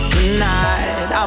Tonight